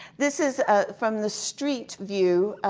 this is from the street view,